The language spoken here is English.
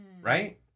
Right